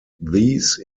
these